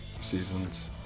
seasons